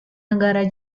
negara